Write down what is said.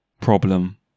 problem